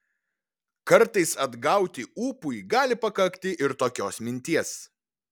kartais atgauti ūpui gali pakakti ir tokios minties